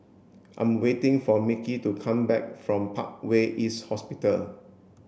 I'm waiting for Micky to come back from Parkway East Hospital